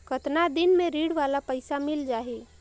कतना दिन मे ऋण वाला पइसा मिल जाहि?